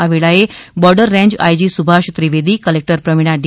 આ વેળાએ border range IG Subhash Trivedi collector Pravina D